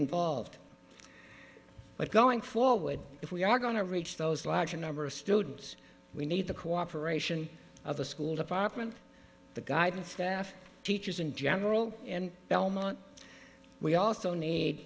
involved but going forward if we are going to reach those large number of students we need the cooperation of the school department the guidance that teachers in general and belmont we also